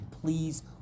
please